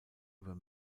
über